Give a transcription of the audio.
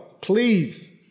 please